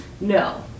no